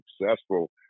successful